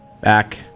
back